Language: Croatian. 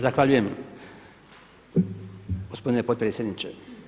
Zahvaljujem gospodine potpredsjedniče.